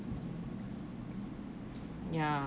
ya